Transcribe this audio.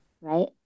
Right